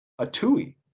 Atui